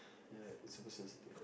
ya super sensitive